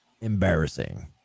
embarrassing